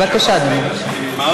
בבקשה, אדוני.